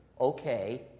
okay